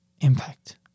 impact